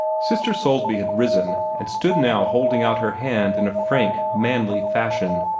sister soulsby had risen, and stood now holding out her hand in a frank, manly fashion.